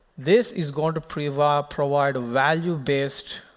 this is going to provide provide a value-based